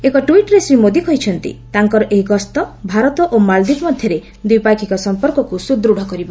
ଏକ ଟ୍ୱିଟ୍ରେ ଶ୍ରୀ ମୋଦି କହିଛନ୍ତି ତାଙ୍କର ଏହି ଗସ୍ତ ଭାରତ ଓ ମାଳଦ୍ୱୀପ ମଧ୍ୟରେ ଦ୍ୱିପକ୍ଷୀୟ ସମ୍ପର୍କକୁ ସୁଦୃଢ଼ କରିବ